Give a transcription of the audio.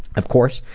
of course,